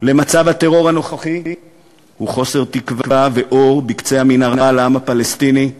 לטרור הנוכחי היא חוסר תקווה ואור בקצה המנהרה לעם הפלסטיני,